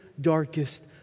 darkest